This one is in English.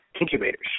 incubators